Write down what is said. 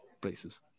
places